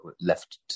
left